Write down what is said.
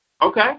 Okay